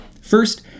First